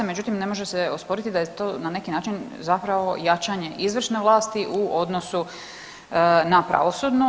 Međutim, ne može se osporiti da je to na neki način zapravo jačanje izvršne vlasti u odnosu na pravosudnu.